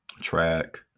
track